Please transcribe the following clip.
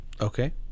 Okay